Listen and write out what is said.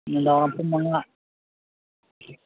ꯅꯨꯡꯗꯥꯡ ꯋꯥꯏꯔꯝ ꯄꯨꯡ ꯃꯉꯥ